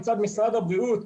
מצד משרד הבריאות,